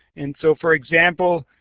and so for example,